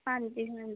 ਹਾਂਜੀ ਹਾਂਜੀ